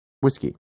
Whiskey